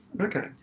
okay